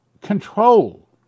Control